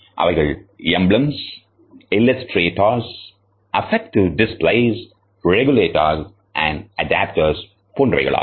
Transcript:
அவைகள் emblems illustrators affective displays regulators மற்றும் adaptors போன்றவைகளாகும்